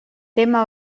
tema